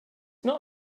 not